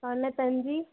தொண்ணுத்தஞ்சு